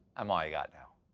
i'm all you got. now